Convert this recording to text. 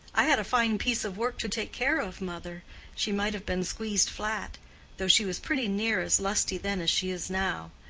i had a fine piece of work to take care of, mother she might have been squeezed flat though she was pretty near as lusty then as she is now.